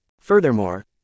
Furthermore